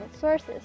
sources